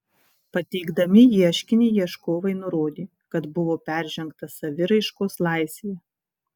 pateikdami ieškinį ieškovai nurodė kad buvo peržengta saviraiškos laisvė